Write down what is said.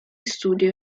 studio